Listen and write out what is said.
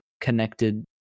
connected